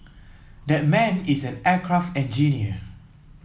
that man is an aircraft engineer